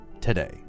today